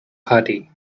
party